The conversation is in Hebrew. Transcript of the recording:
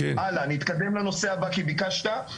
הלאה נתקדם לנושא הבא כי ביקשת,